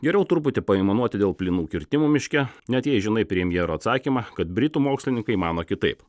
geriau truputį paaimanuoti dėl plynų kirtimų miške net jei žinai premjero atsakymą kad britų mokslininkai mano kitaip